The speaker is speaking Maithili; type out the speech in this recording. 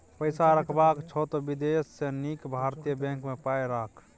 पैसा रखबाक छौ त विदेशी सँ नीक भारतीय बैंक मे पाय राख